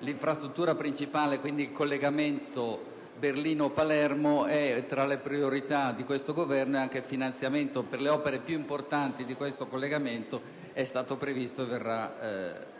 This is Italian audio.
l'infrastruttura principale, il Corridoio europeo Berlino-Palermo, è tra le priorità di questo Governo e che il finanziamento delle opere più importanti relative a tale collegamento è stato previsto e verrà